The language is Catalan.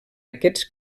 aquests